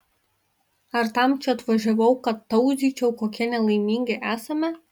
ar tam čia atvažiavau kad tauzyčiau kokie nelaimingi esame